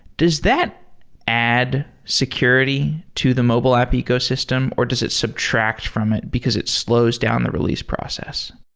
does that add security to the mobile app ecosystem or does it subtract from it because it slows down the release process?